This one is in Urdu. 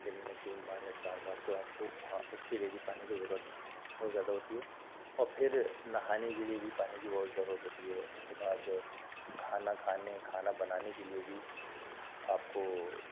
دن میں تین بار یا چار بار تو آپ کو وہاں اس کے لئے بھی پانی کی ضرورت بہت زیادہ ہوتی ہے اور پھر نہانے کے لئے بھی پانی کی بہت ضرورت ہوتی ہے اس کے بعد کھانا کھانے کھانا بنانے کے لئے بھی آپ کو